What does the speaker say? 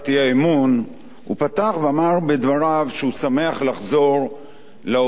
פתח בדבריו ואמר שהוא שמח לחזור לאופוזיציה,